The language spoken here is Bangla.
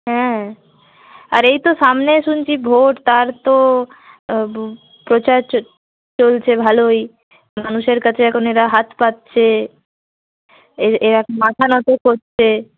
হ্যাঁ আর এই তো সামনে শুনছি ভোট তার তো প্রচার চলছে ভালোই মানুষের কাছে এখন এরা হাত পাতছে এর এরা মাথা নত করছে